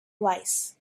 wise